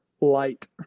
light